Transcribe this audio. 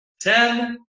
Ten